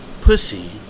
pussy